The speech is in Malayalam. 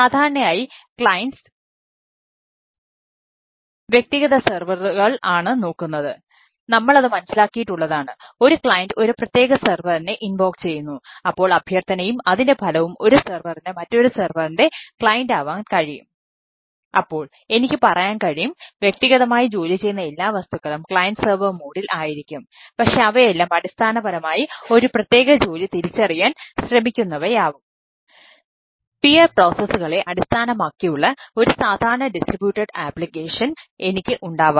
സാധാരണയായി ക്ലൈൻറ്റ്സ് ആയിരിക്കും പക്ഷേ അവയെല്ലാം അടിസ്ഥാനപരമായി ഒരു പ്രത്യേക ജോലി തിരിച്ചറിയാൻ ശ്രമിക്കുന്നവയാവും